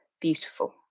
beautiful